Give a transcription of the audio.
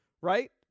right